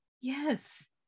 Yes